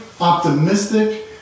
optimistic